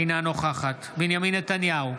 אינה נוכחת בנימין נתניהו,